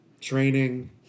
training